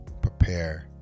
prepare